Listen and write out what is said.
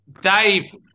Dave